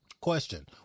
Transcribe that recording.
Question